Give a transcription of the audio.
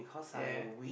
ya